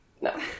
No